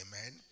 amen